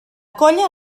colla